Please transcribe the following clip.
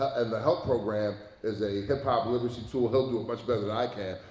and the help program is a hip-hop literacy tool. he'll do it much better than i can.